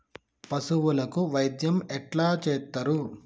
పశువులకు వైద్యం ఎట్లా చేత్తరు?